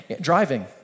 driving